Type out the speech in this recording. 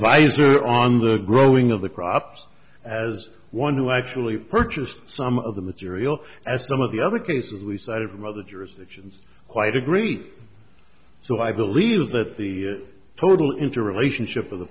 adviser on the growing of the crops as one who actually purchased some of the material as some of the other cases we cited from other jurisdictions quite agree so i believe that the total interrelationship of the